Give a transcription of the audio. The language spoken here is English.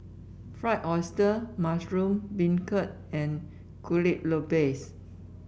Fried Oyster Mushroom Beancurd and Kuih Lopes